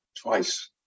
twice